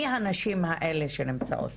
מי הנשים האלה שנמצאות.